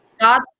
God